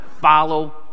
follow